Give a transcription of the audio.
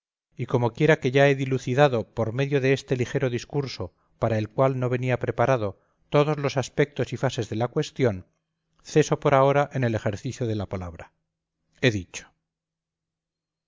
y como quiera que ya he dilucidado por medio de este ligero discurso para el cual no venía preparado todos los aspectos y fases de la cuestión ceso por ahora en el ejercicio de la palabra he dicho